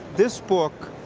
this book,